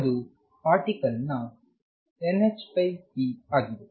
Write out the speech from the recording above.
ಅದು ಪಾರ್ಟಿಕಲ್ ನ nhp ಆಗಿದೆ